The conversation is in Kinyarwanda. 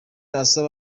asaba